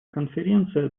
конференция